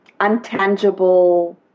untangible